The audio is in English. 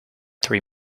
three